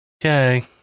okay